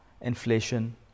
inflation